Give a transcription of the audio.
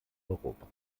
europa